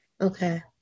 Okay